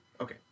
Okay